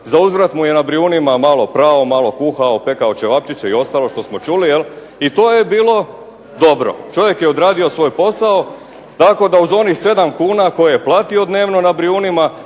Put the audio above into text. Za uzvrat mu je na Briunima malo prao, malo kuhao, pekao čevapčiće i ostalo što smo čuli jel. I to je bilo dobro. Čovjek je odradio svoj posao, tako da uz onih 7 kuna koje je platio dnevno na Briunima